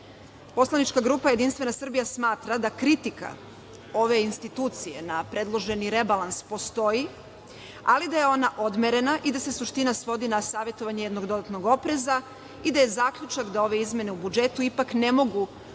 Poslanička grupa JS smatra da kritika ove institucije na predloženi rebalans postoji, ali da je ona odmerena i da se suština svodi na savetovanje jednog dodatnog opreza i da je zaključak da ove izmene u budžetu ipak ne mogu